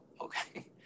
okay